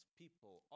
people